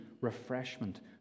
refreshment